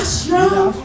strong